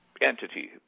entity